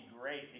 great